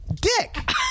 Dick